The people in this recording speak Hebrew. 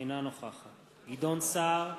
אינה נוכחת גדעון סער,